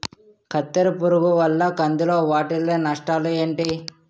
కత్తెర పురుగు వల్ల కంది లో వాటిల్ల నష్టాలు ఏంటి